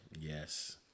Yes